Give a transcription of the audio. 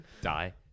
Die